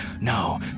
No